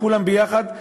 כולנו ביחד,